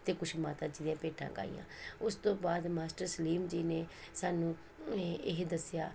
ਅਤੇ ਕੁਛ ਮਾਤਾ ਜੀ ਦੀਆਂ ਭੇਟਾਂ ਗਾਈਆਂ ਉਸ ਤੋਂ ਬਾਅਦ ਮਾਸਟਰ ਸਲੀਮ ਜੀ ਨੇ ਸਾਨੂੰ ਇਹ ਇਹ ਦੱਸਿਆ